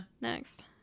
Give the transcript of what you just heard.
Next